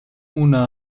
una